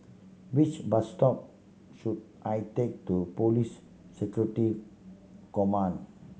which bus stop should I take to Police Security Command